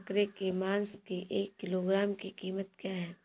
बकरे के मांस की एक किलोग्राम की कीमत क्या है?